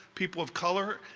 people of color,